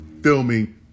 filming